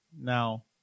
Now